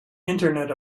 internet